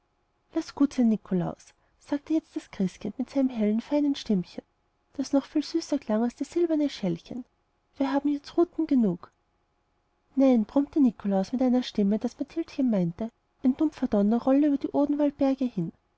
laß gut sein nikolaus sagte jetzt das christkind mit seinem hellen feinen stimmchen das noch viel süßer klang als das silberne schellchen wir haben jetzt ruten genug nein brummte nikolaus mit einer stimme daß mathildchen meinte ein dumpfer donner rolle über die odenwaldberge hin